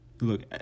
look